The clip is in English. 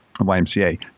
YMCA